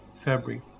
February